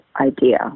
idea